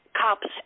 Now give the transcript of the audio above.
cops